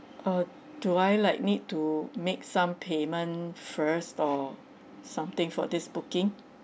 uh do I like need to make some payment first or something for this booking